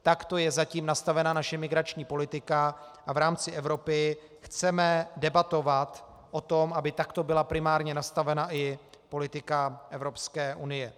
Takto je zatím nastavena naše imigrační politika a v rámci Evropy chceme debatovat o tom, aby takto byla primárně nastavena i politika Evropské unie.